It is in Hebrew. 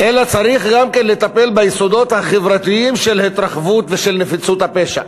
אלא צריך גם כן לטפל ביסודות החברתיים של התרחבות ושל נפיצות הפשע.